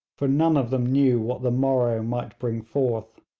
for none of them knew what the morrow might bring forth.